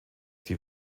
die